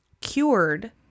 cured